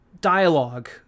dialogue